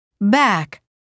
Back